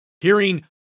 hearing